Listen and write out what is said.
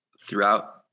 throughout